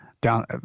down